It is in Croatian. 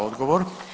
Odgovor.